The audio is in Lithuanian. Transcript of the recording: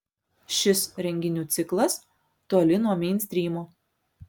šis renginių ciklas toli nuo meinstrymo